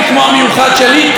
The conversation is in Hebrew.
כמו המיוחד שלי,